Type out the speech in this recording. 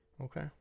Okay